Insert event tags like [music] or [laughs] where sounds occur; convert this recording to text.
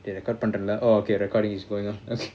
இதை:ithai record பண்ணறேள:pannarela oh okay recording is going on okay [laughs]